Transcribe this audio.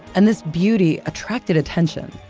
and this beauty attracted attention.